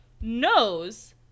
knows